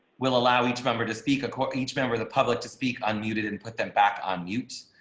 will allow each member to speak of each member of the public to speak unmuted and put them back on mute.